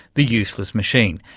the useless machine,